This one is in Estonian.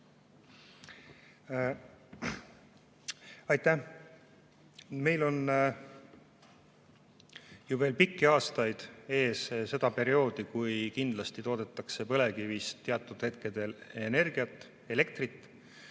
Aitäh! Meil on veel palju aastaid ees seda perioodi, kui kindlasti toodetakse põlevkivist teatud hetkedel energiat, elektrit.